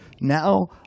now